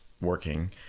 working